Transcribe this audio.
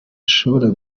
ashobora